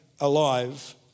alive